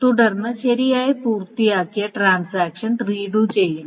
തുടർന്ന് ശരിയായി പൂർത്തിയാക്കിയ ട്രാൻസാക്ഷൻ റീഡു ചെയ്യണം